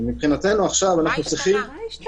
מבחינתנו עכשיו -- מה השתנה?